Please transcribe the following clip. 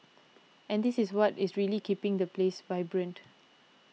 and this is what is really keeping this place vibrant